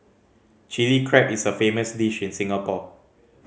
Chilli Crab is a famous dish in Singapore